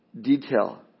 detail